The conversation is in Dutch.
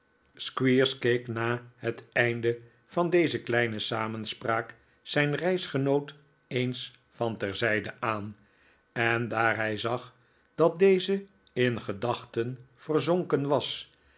squeers keek na het einde van deze kleine samenspraak zijn reisgenoot eens van terzijde aan en daar hij zag dat deze in gedachten verzonken was